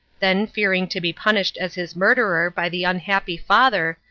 then, fearing to be punished as his murderer by the unhappy father,